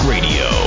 Radio